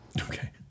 Okay